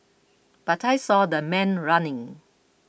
but I saw the man running